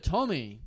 Tommy